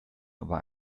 war